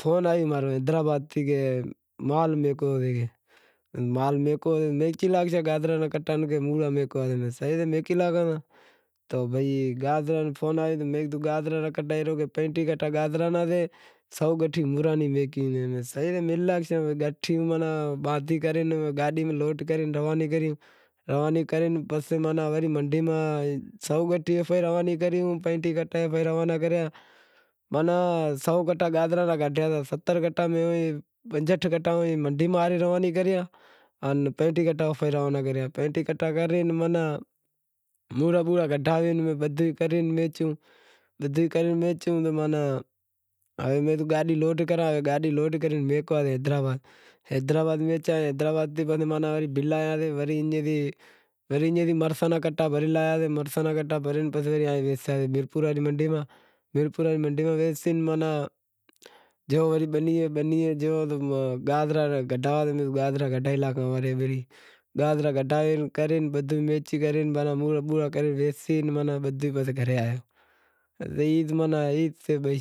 فوں آیو حیدرآباد تھیں، مال میہکو، مرساں را کٹا گاجراں را کٹا، تو بھئی تو فون آیو تو میں کہیو پنجٹیہہ کٹا گاجراں را سیں، سو گٹھی موراں ری مہیکی، گٹھی باندہی کرے گاڈی میںلوڈ کرے روانی کری، روانی کرے پسے ماناں منڈی میں سو گٹھیوں روانی کریں پسے پنجٹیہہ گٹھیں روانا کریا، ماناں سو کٹا گاجرا را کاڈہیا، ستر کٹا میں اوئیں پنجھٹھ کٹا مندی میں روانا کریا آن پنجٹیہہ کٹا اوتھے روانا کریا، پنجٹیہہ کٹا کرے ماناں، مورابورا کڈہاوے بدہی کرے ویسیوں، ماناں ای گاڈی لوڈ کرا، گاڈی لوڈ کرے بھیگو زا حیدرآباد، حیدرآباد ویچایا، حیدرآباد تھیں ماناں بل آیا ایئں تھی وری مرسان را کٹا بھری آیا مرساں را کٹا بھری پسے ورے آیا میرپور واڑی منڈی ماہ، میرپور واڑی منڈی ماہ ویسے جاں وڑی بنی اے بنی جوئاں تو گاجراں کاڈہاں، گاجرا کڈہائی کرے بدہا ویسی کرے ماناں مورا بورا کرے ویسے پسے گھرے آیا ای ماناں تھی بھائی